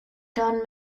don